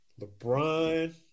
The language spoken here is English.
LeBron